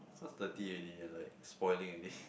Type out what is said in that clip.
so it's dirty already and like spoiling already